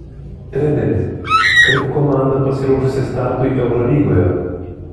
treneri kaip komanda pasiruošusi startui eurolygoje